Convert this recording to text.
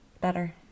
better